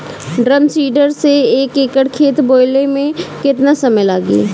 Drum seeder से एक एकड़ खेत बोयले मै कितना समय लागी?